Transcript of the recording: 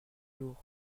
jours